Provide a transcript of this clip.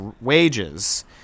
wages